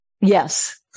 Yes